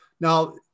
Now